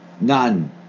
none